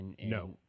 No